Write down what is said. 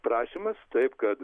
prašymas taip kad